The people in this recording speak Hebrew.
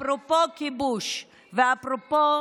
אפרופו כיבוש ואפרופו